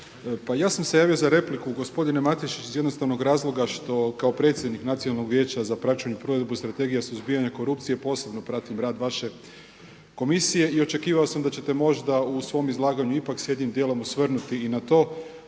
ja sam se javio za repliku gospodine Matešić iz jednostavnog razloga što kao predsjednik Nacionalnog vijeća za praćenje provedbe strategije suzbijanja korupcije posebno pratim rad vaše komisije i očekivao sam da ćete možda u svom izlaganju ipak se jednim dijelom osvrnuti i nato,